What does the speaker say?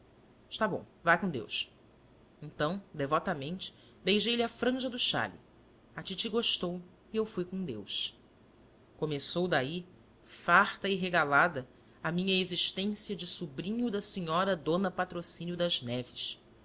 está bom vai com deus então devotamente beijei lhe a franja do xale a titi gostou eu fui com deus começou daí farta e regalada a minha existência de sobrinho da senhora d patrocínio das neves